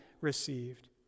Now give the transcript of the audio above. received